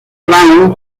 brown